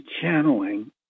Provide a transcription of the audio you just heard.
channeling